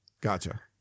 Gotcha